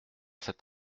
cet